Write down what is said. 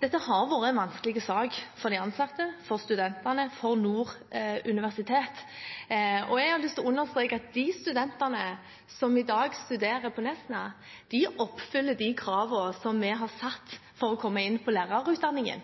Dette har vært en vanskelig sak for de ansatte, for studentene, for Nord universitet. Jeg har lyst til å understreke at de studentene som i dag studerer på Nesna, oppfyller de kravene som vi har satt for å komme inn på lærerutdanningen,